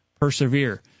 Persevere